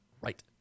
right